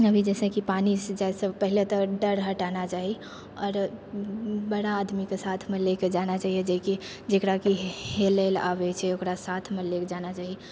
अभी जैसेकि पानीमे जाइसँ पहिले तऽ डर हटाना चाही आओर बड़ा आदमीके साथमे लऽ कऽ जाना चाही जेकि जकरा कि हेलैलए आबै छै ओकरा साथमे लऽ कऽ जाना चाही